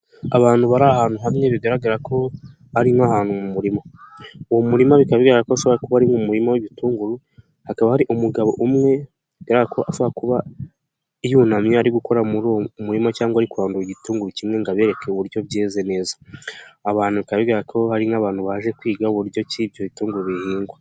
Abantu bari ahantu hamwe bigaragara ko ari nk'ahantu mu murimo, uwo murima bikaba bigaragarara ko ashobora kuba ari mu murimo w'ibitunguru, hakaba hari umugabo umwe bigaragara ko ashobora kuba yunamye ari gukora muri uwo murima cyangwa ari kurandura igitunguru kimwe ngo abereke uburyo byeze neza, abantu bigaragara ko hari nk'abantu baje kwiga uburyo ibyo bitunguru bihingwa.